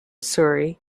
surrey